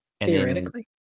Theoretically